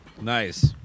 Nice